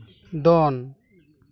ᱫᱚᱱ